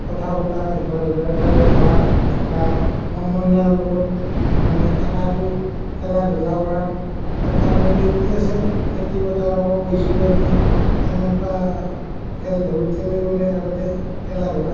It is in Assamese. কথা বতৰা ইঘৰ সিঘৰে তাতে যোৱা বা সমনীয়াৰ লগত মানে খেলাটো খেলা ধূলা কৰাৰ এটা মানে তৃপ্তি আছিল খেতিপথাৰকো গৈছিলোঁ আমি সেনেকুৱা খেল ধূল খেলিবলৈ আগতে খেলা ধূলা